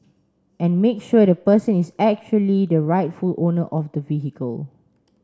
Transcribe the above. and make sure the person is actually the rightful owner of the vehicle